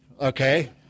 Okay